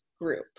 group